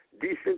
decent